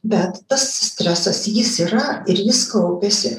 bet tas stresas jis yra ir jis kaupiasi